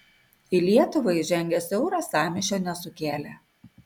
į lietuvą įžengęs euras sąmyšio nesukėlė